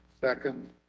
Second